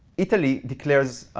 italy declares